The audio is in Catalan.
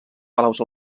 palaus